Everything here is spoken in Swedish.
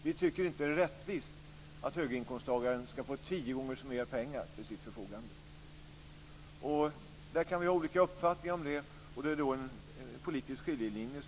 Vi tycker inte att det är rättvist att höginkomsttagaren ska få tio gånger mer pengar till sitt förfogande. Man kan ha olika uppfattningar om detta, och där går en politisk skiljelinje.